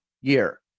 year